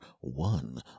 one